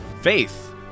Faith